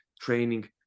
training